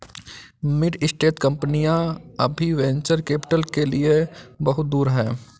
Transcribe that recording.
mid stage कंपनियां अभी venture capital के लिए बहुत दूर हैं